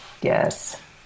yes